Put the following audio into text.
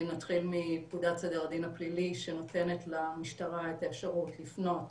נתחיל מפקודת סדר הדין הפלילי שנותנת למשטרה את האפשרות לפנות